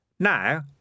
Now